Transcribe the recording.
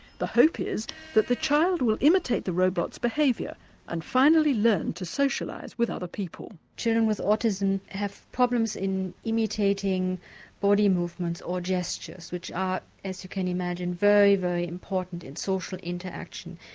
the hope is that the child will imitate the robot's behaviour and finally learn to socialise with other people. children with autism have problems in imitating body movements or gestures which are, as you can imagine, very, very important in social interaction.